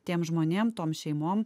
tiem žmonėm tom šeimom